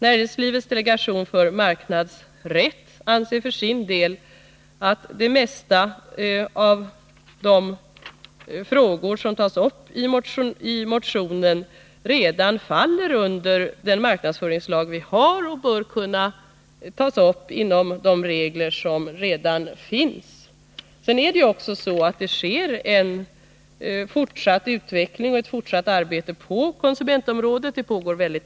Näringslivets delegation för marknadsrätt anser för sin del att det mesta av de frågor som tas upp i motionen redan faller under den marknadsföringslag som vi har och bör kunna uppmärksammas inom ramen för de regler som redan finns. Det pågår vidare redan ett fortsatt utvecklingsarbete på konsumentområdet i många avseenden.